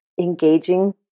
engaging